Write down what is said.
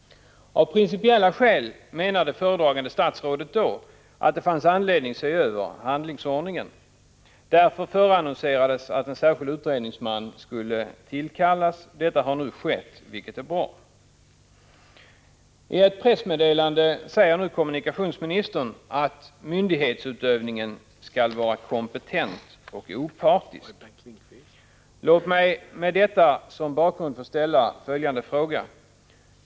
Av principiella skäl menade föredragande statsrådet i våras att det fanns anledning se över handlingsordningen. Därför annonserades att en särskild utredningsman skulle tillkallas. Detta har nu skett, vilket är bra. I ett pressmeddelande säger kommunikationsministern att myndighetsutövningen skall vara kompetent och opartisk. Låt mig med detta som bakgrund få ställa följande fråga.